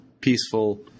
peaceful